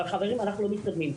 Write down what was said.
אבל חברים אנחנו לא מתקדמים,